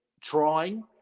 trying